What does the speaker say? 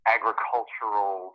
agricultural